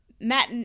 Matt